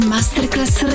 Masterclass